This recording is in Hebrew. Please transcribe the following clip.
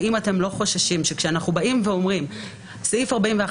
האם אתם לא חוששים שכאשר אנחנו באים ואומרים שסעיף 41,